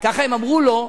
ככה הם אמרו לו,